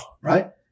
Right